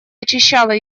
очищала